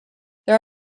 there